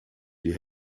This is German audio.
die